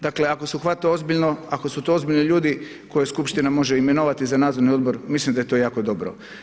Dakle ako se uhvate ozbiljno, ako su to ozbiljni ljudi koje skupština može imenovati za nadzorni odbor, mislim da je to jako dobro.